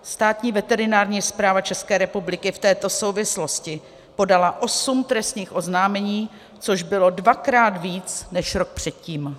Státní veterinární správa České republiky v této souvislosti podala osm trestních oznámení, což bylo dvakrát víc než rok předtím.